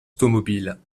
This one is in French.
automobile